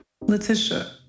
Letitia